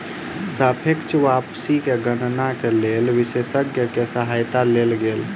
सापेक्ष वापसी के गणना के लेल विशेषज्ञ के सहायता लेल गेल